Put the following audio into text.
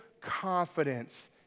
confidence